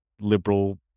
liberal